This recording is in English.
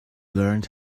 learned